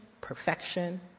perfection